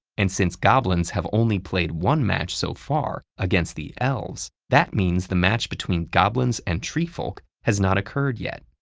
and since goblins have only played one match so far against the elves that means the match between goblins and treefolk has not occurred yet.